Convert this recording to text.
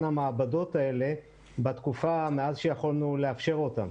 המעבדות האלה בתקופה שמאז שיכולנו לאפשר אותם.